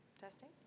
testing